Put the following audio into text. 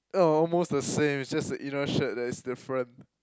uh almost the same it's just the inner shirt that is different